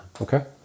Okay